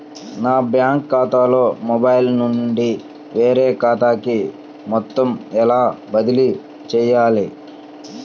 నా బ్యాంక్ ఖాతాలో మొబైల్ నుండి వేరే ఖాతాకి మొత్తం ఎలా బదిలీ చేయాలి?